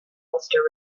ulster